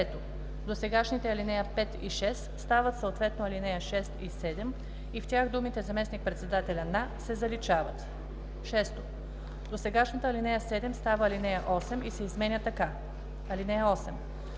Досегашните ал. 5 и 6 стават съответно ал. 6 и 7 и в тях думите „заместник-председателя на“ се заличават. 6. Досегашната ал. 7 става ал. 8 и се изменя така: